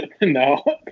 No